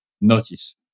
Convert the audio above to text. notice